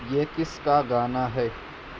یہ کس کا گانا ہے